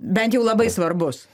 bent jau labai svarbus